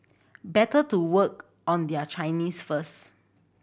better to work on their Chinese first